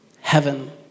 heaven